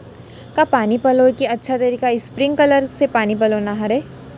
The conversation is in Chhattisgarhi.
का पानी पलोय के अच्छा तरीका स्प्रिंगकलर से पानी पलोना हरय?